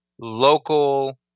local